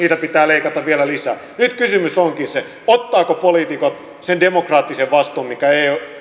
pitää leikata vielä lisää nyt kysymys onkin siitä ottavatko poliitikot sen demokraattisen vastuun mikä